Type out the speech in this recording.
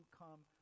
come